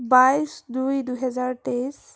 বাইছ দুই দুহেজাৰ তেইছ